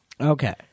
Okay